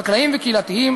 חקלאיים וקהילתיים